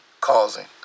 causing